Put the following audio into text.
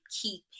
keep